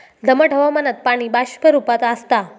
दमट हवामानात पाणी बाष्प रूपात आसता